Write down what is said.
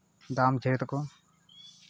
ᱫᱟᱢ ᱡᱷᱮᱲᱮ ᱛᱟᱠᱚ